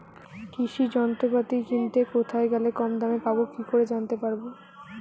কৃষি যন্ত্রপাতি কিনতে কোথায় গেলে কম দামে পাব কি করে জানতে পারব?